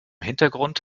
hintergrund